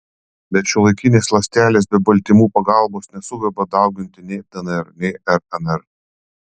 bet šiuolaikinės ląstelės be baltymų pagalbos nesugeba dauginti nei dnr nei rnr